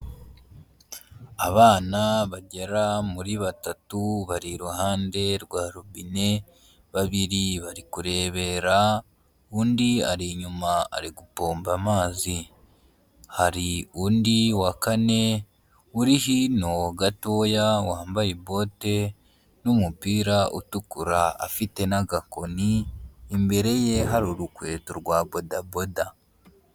Abana bagera muri batatu, bari iruhande rwa robine, babiri bari kurebera, undi ari inyuma ari gupomba amazi. Hari undi wa kane uri hino gatoya, wambaye bote n'umupira utukura afite n'agakoni, imbere ye hari urukweto rwa bodaboda.